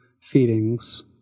feedings